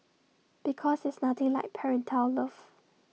because there's nothing like parental love